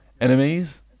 enemies